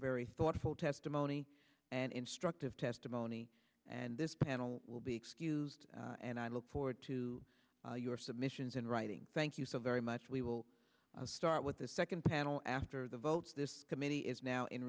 very thoughtful testimony and instructive testimony and this panel will be excused and i look forward to your submissions in writing thank you so very much we will start with the second panel after the votes this committee is now in